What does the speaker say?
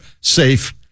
safe